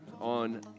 on